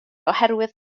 oherwydd